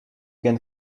can